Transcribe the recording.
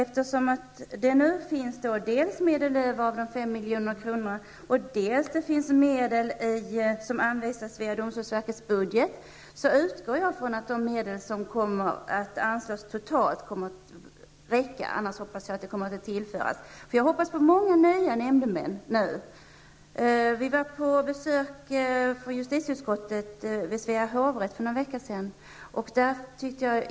Eftersom det nu finns dels medel över från de 5 milj.kr., dels medel som anvisas via domstolsverkets budget, utgår jag ifrån att de medel som totalt kommer att anslås räcker. I annat fall hoppas jag att erforderliga medel tillförs. Jag hoppas att det nu skall bli möjligt att rekrytera många nya nämndemän. Vi från justitieutskottet var för några veckor sedan på besök vid Svea hovrätt.